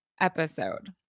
episode